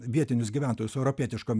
vietinius gyventojus europietiškom